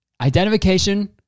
Identification